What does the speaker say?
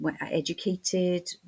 educated